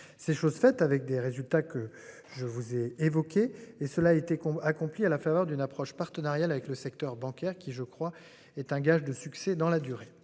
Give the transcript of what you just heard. C'est chose faite avec des résultats que je vous ai évoqué et cela été con a con. Puis, à la faveur d'une approche partenariale avec le secteur bancaire, qui je crois est un gage de succès dans la durée,